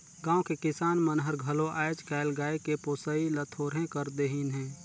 गाँव के किसान मन हर घलो आयज कायल गाय के पोसई ल थोरहें कर देहिनहे